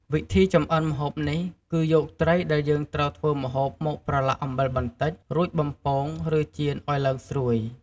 វិធីចម្អិនម្ហូបនេះ គឺយកត្រីដែលយើងត្រូវធ្វើម្ហូបមកប្រឡាក់អំបិលបន្តិច រួចបំពងឬចៀនឲ្យឡើងស្រួយ។